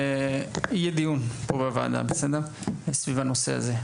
יהיה דיון פה בוועדה על הנושא הזה.